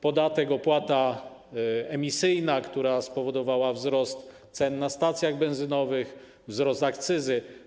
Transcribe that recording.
Podatek, opłata emisyjna, która spowodowała wzrost cen na stacjach benzynowych, wzrost akcyzy.